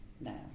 now